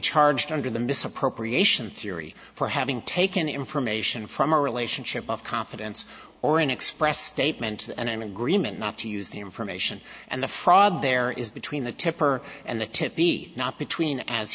charged under the misappropriation theory for having taken information from a relationship of confidence or an express statement and i'm agreement not to use the information and the fraud there is between the tipper and the tip be not between as